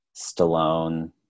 Stallone